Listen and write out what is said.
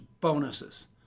bonuses